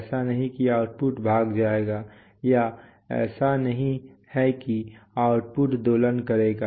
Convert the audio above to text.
ऐसा नहीं है कि आउटपुट भाग जाएगा या ऐसा नहीं है कि आउटपुट दोलन करेगा